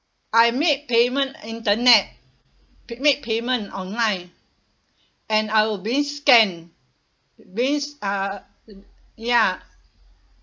I make payment internet pay~ make payment online and I was being scammed being uh ya